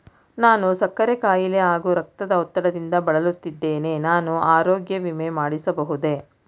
ನಾನು ಸಕ್ಕರೆ ಖಾಯಿಲೆ ಹಾಗೂ ರಕ್ತದ ಒತ್ತಡದಿಂದ ಬಳಲುತ್ತಿದ್ದೇನೆ ನಾನು ಆರೋಗ್ಯ ವಿಮೆ ಮಾಡಿಸಬಹುದೇ?